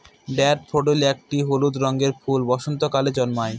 daffodil একটি হলুদ রঙের ফুল বসন্তকালে জন্মায়